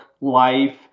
life